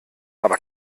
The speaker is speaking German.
aber